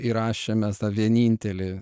įrašėm mes tą vienintelį